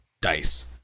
dice